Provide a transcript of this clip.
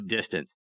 distance